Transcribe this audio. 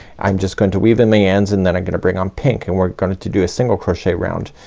i'm just going to weave in my ends and then i'm gonna bring on pink and we're going to do a single crochet round.